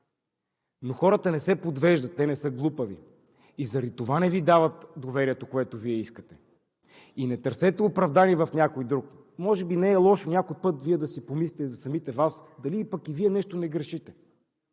Но хората не се подвеждат – те не са глупави, затова не Ви дават доверието, което Вие искате. И не търсете оправдание в някой друг! Може би не е лошо някой път да помислите за самите Вас, дали пък и Вие нещо не грешите.